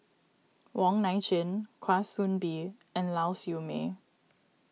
Wong Nai Chin Kwa Soon Bee and Lau Siew Mei